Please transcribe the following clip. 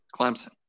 Clemson